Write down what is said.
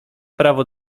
prawo